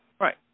Right